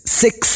six